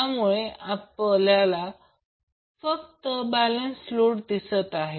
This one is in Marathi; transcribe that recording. त्यामुळे आपल्याला फक्त बॅलेन्स लोड दिसत आहे